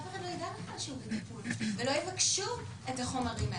אף אחד לא יידע בכלל שהוא בטיפול ולא יבקשו את החומרים האלה.